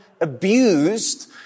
abused